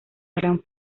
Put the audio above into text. gran